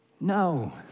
No